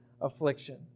affliction